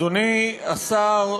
אדוני השר,